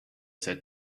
said